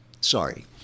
Sorry